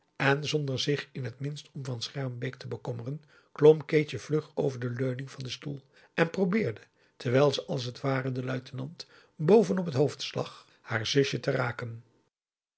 en zonder zich in het minst om van schermbeek te bekommeren klom keetje vlug over de leuning van den stoel en probeerde terwijl ze als het ware den luitenant boven op het hoofd lag haar zusje te raken